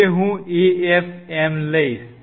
હવે હું AFM લઈશ